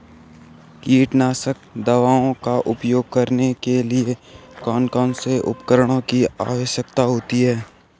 कीटनाशक दवाओं का उपयोग करने के लिए कौन कौन से उपकरणों की आवश्यकता होती है?